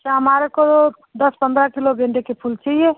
अच्छा हमारे को दस पंद्रह किलो गेंदे के फूल चाहिए